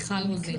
מיכל רוזין.